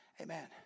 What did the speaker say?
Amen